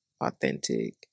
authentic